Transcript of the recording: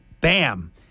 bam